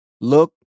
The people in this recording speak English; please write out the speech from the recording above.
Look